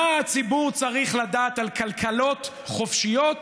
מה הציבור צריך לדעת על כלכלות חופשיות,